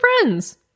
friends